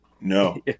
No